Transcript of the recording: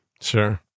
Sure